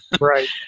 Right